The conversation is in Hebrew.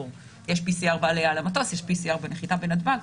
יש PCR בעליה למטוס, יש PCR בנחיתה בנתב"ג,